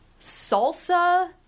salsa